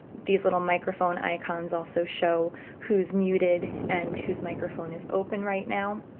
these little microphone icons also show who's muted and whose microphone is open right now.